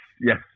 yes